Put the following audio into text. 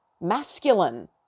masculine